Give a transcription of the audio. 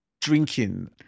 Drinking